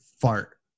fart